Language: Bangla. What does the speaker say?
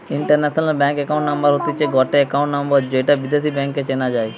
ইন্টারন্যাশনাল ব্যাংক একাউন্ট নাম্বার হতিছে গটে একাউন্ট নম্বর যৌটা বিদেশী ব্যাংকে চেনা যাই